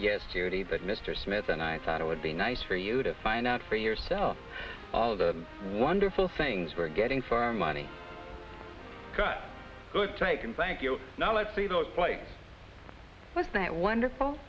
yesterday but mr smith and i thought it would be nice for you to find out for yourself all the wonderful things we're getting for money good taken blank you know it was that wonderful